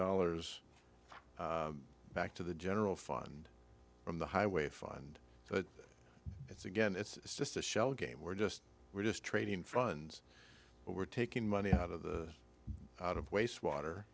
dollars back to the general fund from the highway fund so it's again it's just a shell game we're just we're just trading funds we're taking money out of the out of waste water